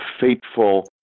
fateful